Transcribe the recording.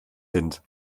sind